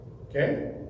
Okay